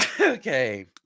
Okay